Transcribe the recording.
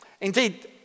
Indeed